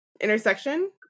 intersection